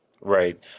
Right